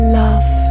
love